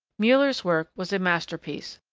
muller's work was a masterpiece,